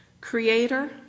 Creator